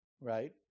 right